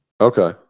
okay